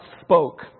spoke